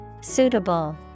Suitable